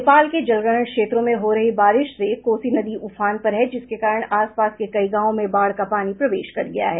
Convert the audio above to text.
नेपाल के जलग्रहण क्षेत्रों में हो रही बारिश से कोसी नदी उफान पर है जिसके कारण आस पास के कई गांवों में बाढ़ का पानी प्रवेश कर गया है